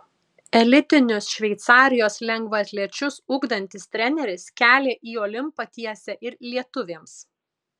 elitinius šveicarijos lengvaatlečius ugdantis treneris kelią į olimpą tiesia ir lietuvėms